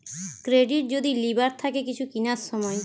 credit যদি লিবার থাকে কিছু কিনার সময়